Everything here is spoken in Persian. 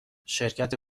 شرکت